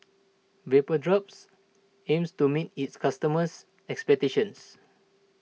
Vapodrops aims to meet its customers' expectations